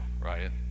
right